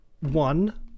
one